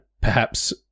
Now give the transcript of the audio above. perhaps-